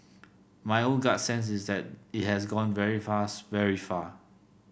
my own gut sense is that it has gone very fast very far